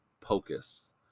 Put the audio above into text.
Pocus